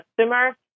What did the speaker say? customer